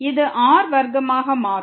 இது r வர்க்கமாக மாறும்